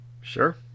sure